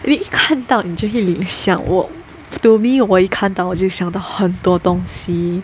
一看到你就想我 to me 我一看到我就想到很多东西